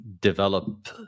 develop